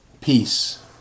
Peace